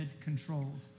controlled